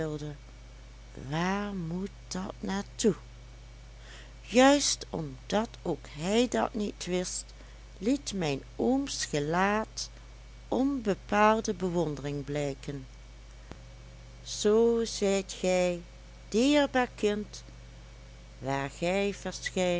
waar moet dat naar toe juist omdat ook hij dat niet wist liet mijn ooms gelaat onbepaalde bewondering blijken zoo zijt gij dierbaar kind waar gij